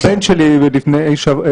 הבן שלי בן ארבע,